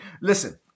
Listen